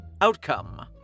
Outcome